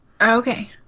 Okay